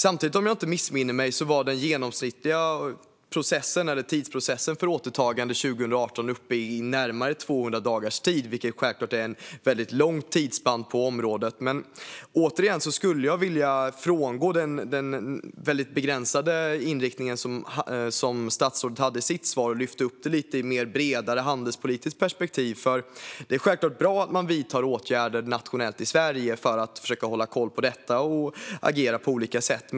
Om jag inte missminner mig var den genomsnittliga processen för ett återtagande under 2018 uppe i närmare 200 dagar, vilket självklart är ett väldigt långt tidsspann. Återigen skulle jag dock vilja frångå den väldigt begränsade inriktningen på frågan som statsrådet hade i svaret och lyfta upp det hela i ett bredare handelspolitiskt perspektiv. Det är självklart bra att man vidtar åtgärder nationellt i Sverige för att försöka hålla koll på detta och agera på olika sätt.